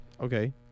Okay